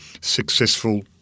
successful